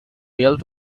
built